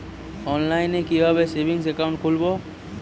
অনলাইনে কিভাবে savings account খুলবো?